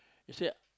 you said